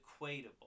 equatable